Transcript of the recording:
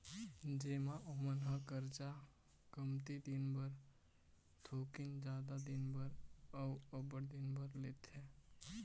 जेमा ओमन ह करजा कमती दिन बर, थोकिन जादा दिन बर, अउ अब्बड़ दिन बर लेथे